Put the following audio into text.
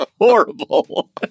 horrible